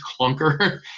clunker